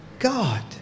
God